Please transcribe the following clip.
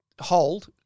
hold